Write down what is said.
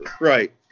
Right